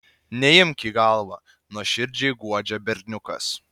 neimk į galvą nuoširdžiai guodžia berniukas